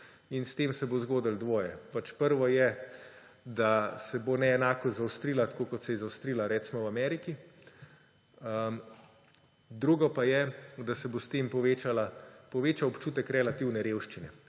in s tem se bo zgodilo dvoje. Prvo je, da se bo neenakost zaostrila, tako kot se je zaostrila recimo v Ameriki. Drugo pa je, da se bo s tem povečal občutek relativne revščine.